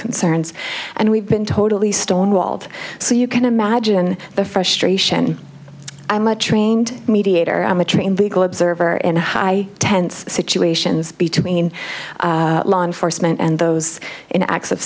concerns and we've been totally stonewalled so you can imagine the frustration i'm much trained mediator i'm a trained legal observer in high tense situations between law enforcement and those in acts of